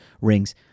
rings